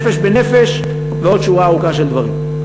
"נפש בנפש" ועוד שורה ארוכה של דברים.